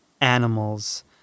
animals